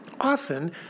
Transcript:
Often